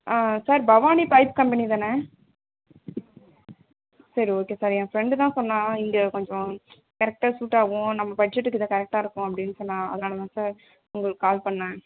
ஆ sir Bhavani pipe company தானே சரி okay sir என் ஃப்ரண்ட் தான் சொன்னா இங்கே கொஞ்சம் கரெக்ட்டாக சூட் ஆகும் நம்ம பட்ஜெட்டுக்கு இதான் கரெக்ட்டாகருக்கும் அப்படினு சொன்னா அதனால் தான் சார் உங்களுக்கு கால் பண்ணேன்